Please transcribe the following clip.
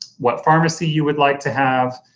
what pharmacy you would like to have,